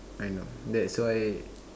I know that's why